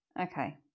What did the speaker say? Okay